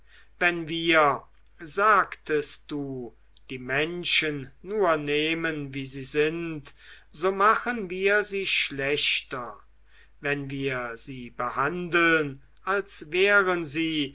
wenn wir sagtest du die menschen nur nehmen wie sie sind so machen wir sie schlechter wenn wir sie behandeln als wären sie